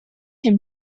him